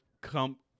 come